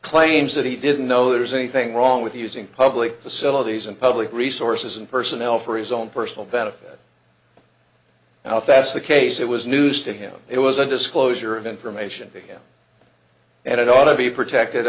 claims that he didn't know there's anything wrong with using public facilities and public resources and personnel for his own personal benefit now if that's the case it was news to him it was a disclosure of information be him and it ought to be protected